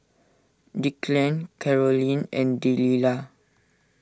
Declan Karolyn and Delilah